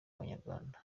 banyarwanda